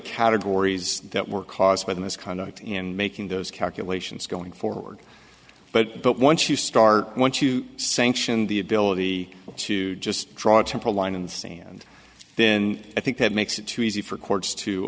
categories that were caused by the misconduct in making those calculations going forward but but once you start once you sanction the ability to just draw temporal line in sand then i think that makes it too easy for courts to